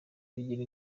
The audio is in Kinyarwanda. bigira